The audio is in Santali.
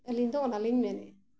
ᱟᱹᱞᱤᱧ ᱫᱚ ᱚᱱᱟᱞᱤᱧ ᱢᱮᱱᱮᱜᱼᱟ